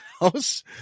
house